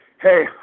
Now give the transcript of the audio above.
hey